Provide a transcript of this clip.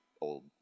old